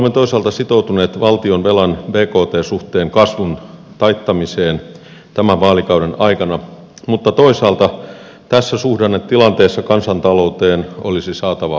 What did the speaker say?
olemme toisaalta sitoutuneet valtionvelan bkt suhteen kasvun taittamiseen tämän vaalikauden aikana mutta toisaalta tässä suhdannetilanteessa kansantalouteen olisi saatava kasvua